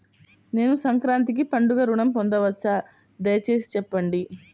నేను సంక్రాంతికి పండుగ ఋణం పొందవచ్చా? దయచేసి చెప్పండి?